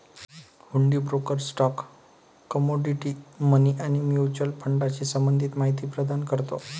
हुंडी broker stock, commodity, money आणि mutual फंडाशी संबंधित माहिती प्रदान करतो